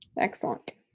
Excellent